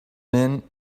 men